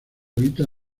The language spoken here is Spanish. evita